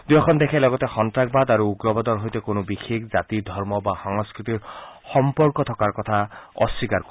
দুয়োখন দেশে লগতে সন্নাসবাদ আৰু উগ্ৰবাদৰ সৈতে কোনো বিশেষ জাতি ধৰ্ম বা সংস্কৃতিৰ সম্পৰ্ক থকাৰ কথা অস্বীকাৰ কৰে